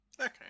Okay